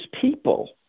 people